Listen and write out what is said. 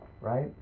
Right